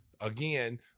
again